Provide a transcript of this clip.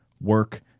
work